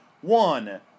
one